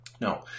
No